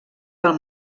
pel